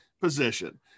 position